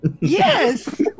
Yes